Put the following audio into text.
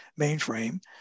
mainframe